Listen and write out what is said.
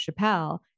Chappelle